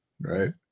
right